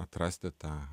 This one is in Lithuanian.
atrasti tą